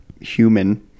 human